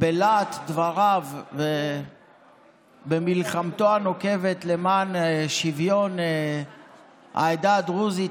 בלהט דבריו ובמלחמתו הנוקבת למען שוויון לעדה הדרוזית,